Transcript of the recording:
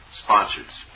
sponsors